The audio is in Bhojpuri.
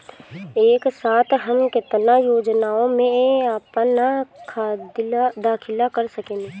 एक साथ हम केतना योजनाओ में अपना दाखिला कर सकेनी?